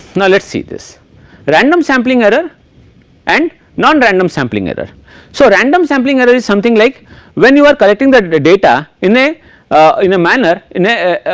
now let see this but random sampling errors and non random sampling error so random sampling error is something like when you are collecting the the data in a in a manner in a